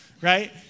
right